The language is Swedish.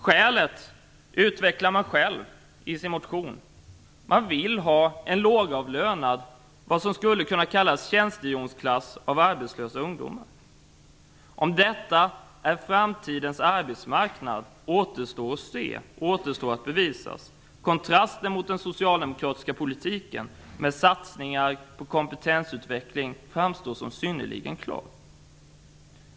Skälet till detta utvecklar man själv i sin motion. Man vill ha en lågavlönad tjänstehjonsklass av arbetslösa ungdomar. Om detta är framtidens arbetsmarknad återstår att se och att bevisa. Kontrasten mot den socialdemokratiska politiken, med satsningar på kompetensutveckling, framstår som synnerligen klar.